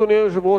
אדוני היושב-ראש,